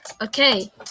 Okay